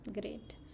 Great